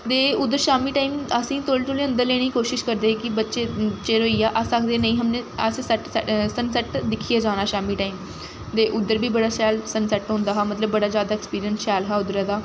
ते उद्धर शामी टाइम असें गी तौले तौले अन्दर लेने दी कोशिश करदे हे कि बच्चे चिर होई गेआ अस आखदे हे नेईं हमने असें सैट्ट सैट्ट सन सैट्ट दिक्खियै जाना शामी टाइम ते उद्धर बी बड़ा शैल सन सैट्ट होंदा हा मतलब बड़ा जैदा अक्सपिरिंस शैल हा उद्धरा दा